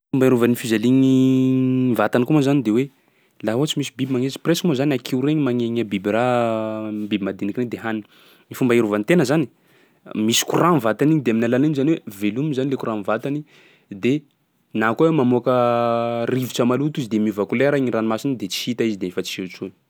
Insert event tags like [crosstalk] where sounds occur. Fomba fiarovan'ny physalie gny [hesitation] vatany koa moa zany de hoe laha ohatsy misy biby magnesy presque moa zany akiho regny magnegne biby ra- biby madiniky regny de haniny. Ny fomba iarovan'ny tena zany misy courant am'vatan'igny de amin'ny alalan'igny zany hoe velominy zany le courant am'vatany de na koa hoe mamoaka [hesitation] rivotsa maloto izy de miova kolera igny ranomasina igny de tsy hita izy de fa tsy eo tsony.